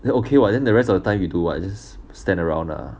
then okay [what] then the rest of the time you do what you just stand around ah